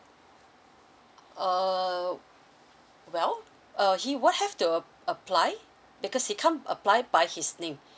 uh well uh he will have to uh apply because he can't apply by his name